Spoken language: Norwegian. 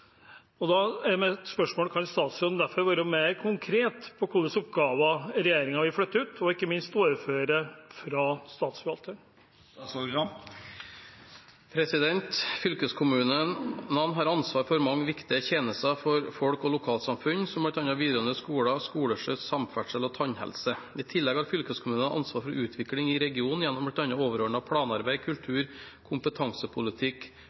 Kan statsråden derfor være mer konkret på hvilke oppgaver regjeringen vil flytte ut og ikke minst overføre fra statsforvalteren?» Fylkeskommunene har ansvar for mange viktige tjenester for folk og lokalsamfunn, som bl.a. videregående skoler, skoleskyss, samferdsel og tannhelse. I tillegg har fylkeskommunene ansvar for utviklingen i regionen gjennom bl.a. overordnet planarbeid, kultur, kompetansepolitikk,